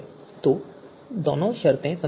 तो दोनों शर्तें संतुष्ट हैं